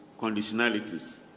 conditionalities